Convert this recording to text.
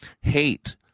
hate